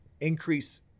increase